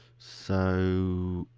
so